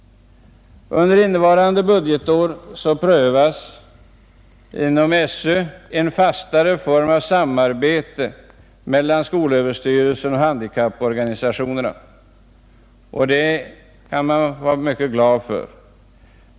Under innevarande budgetår prövas inom skolöverstyrelsen en fastare form av samarbete mellan styrelsen och handikapporganisationerna, och det kan man vara glad för.